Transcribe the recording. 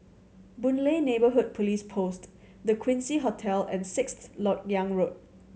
Boon Lay Neighbourhood Police Post The Quincy Hotel and Sixth Lok Yang Road